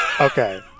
Okay